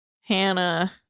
Hannah